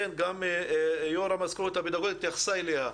גם יושב-ראש המזכירות הפדגוגית התייחסה אליה.